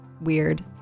weird